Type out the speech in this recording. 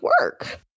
work